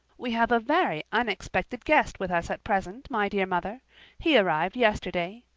we have a very unexpected guest with us at present, my dear mother he arrived yesterday.